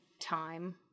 time